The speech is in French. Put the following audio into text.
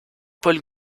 paul